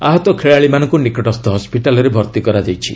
ଆହତ ଖେଳାଳିମାନଙ୍କୁ ନିକଟସ୍ଥ ହସ୍ୱିଟାଲରେ ଭର୍ତ୍ତି କରାଯାଇଛି